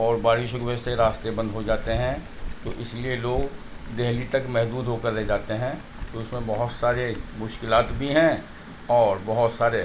اور بارشوں کی وجہ سے راستے بند ہو جاتے ہیں تو اس لیے لوگ دہلی تک محدود ہو کر رہ جاتے ہیں تو اس میں بہت سارے مشکلات بھی ہیں اور بہت سارے